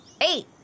Eight